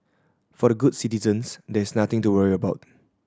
for the good citizens there is nothing to worry about